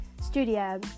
studio